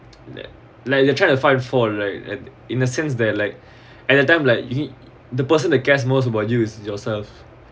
like like they're trying to find fault right and in a sense that like at that time like you the person that cares most about you is yourself